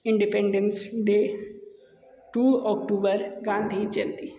independence day two October Gandhi Jayanti